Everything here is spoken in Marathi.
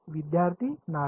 विद्यार्थीः नाडी